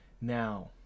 now